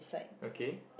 okay